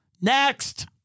Next